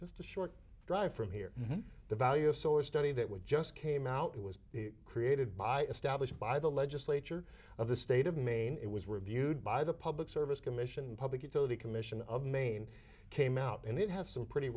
just a short drive from here the value of source study that was just came out it was created by established by the legislature of the state of maine it was reviewed by the public service commission public utility commission of maine came out and it has some pretty